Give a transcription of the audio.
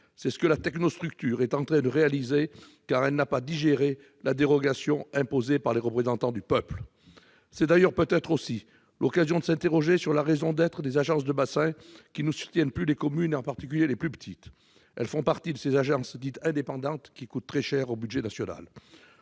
C'est ce que la technostructure est en train de réaliser, car elle n'a pas digéré la dérogation imposée par les représentants du peuple ! Peut-être est-ce d'ailleurs aussi l'occasion de nous interroger sur la raison d'être des agences de bassin, qui ne soutiennent plus les communes, en particulier les plus petites. Elles font partie de ces agences dites « indépendantes » qui coûtent très cher au budget national.